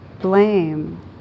blame